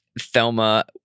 Thelma